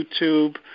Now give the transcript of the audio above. YouTube